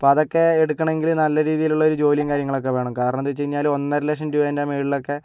അപ്പോൾ അതൊക്കെ എടുക്കണമെങ്കിൽ നല്ല രീതിയിലുള്ള ഒരു ജോലിയും കാര്യങ്ങളൊക്കെ വേണം കാരണം എന്താന്ന് വെച്ച് കഴിഞ്ഞാൽ ഒന്നരലക്ഷം രൂപയുടെ മുകളിൽ ഒക്കെ